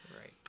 Right